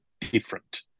different